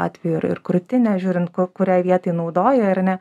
atveju ir ir krūtinę žiūrint kuriai vietai naudoji ar ne